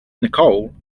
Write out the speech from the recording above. nicole